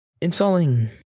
installing